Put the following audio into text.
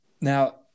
Now